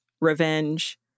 revenge